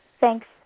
Thanks